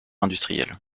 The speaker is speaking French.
industrielle